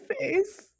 face